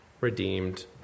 redeemed